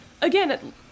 again